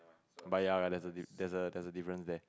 but ya there's a d~ there's a difference there